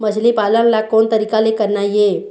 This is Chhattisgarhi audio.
मछली पालन ला कोन तरीका ले करना ये?